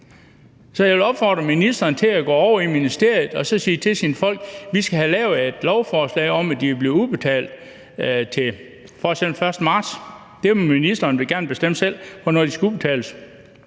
jeg vil opfordre ministeren til at gå over i ministeriet og så sige til sine folk: Vi skal have lavet et lovforslag om, at de vil blive udbetalt f.eks. den 1. marts. Ministeren må gerne bestemme selv, hvornår de skal udbetales.